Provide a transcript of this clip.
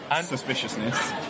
suspiciousness